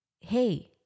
Hey